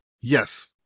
Yes